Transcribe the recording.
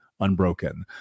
Unbroken